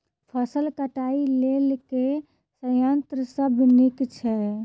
फसल कटाई लेल केँ संयंत्र सब नीक छै?